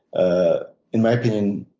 ah in my opinion,